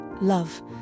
love